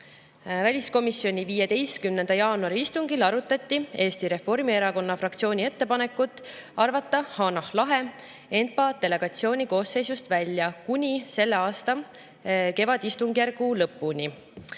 väliskomisjonis. Väliskomisjoni 15. jaanuari istungil arutati Eesti Reformierakonna fraktsiooni ettepanekut arvata Hanah Lahe ENPA delegatsiooni koosseisust välja kuni selle aasta kevadistungjärgu lõpuni.